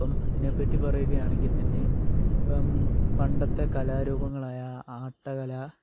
അപ്പം അതിനെപ്പറ്റി പറയുകയാണെങ്കിൽ തന്നെ ഇപ്പം പണ്ടത്തെ കലാരൂപങ്ങളായ ആട്ടകല